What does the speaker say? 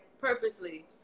Purposely